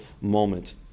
moment